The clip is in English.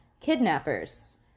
kidnappers